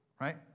right